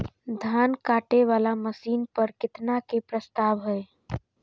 धान काटे वाला मशीन पर केतना के प्रस्ताव हय?